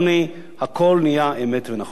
הכול נהיה אמת ונכון,